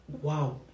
wow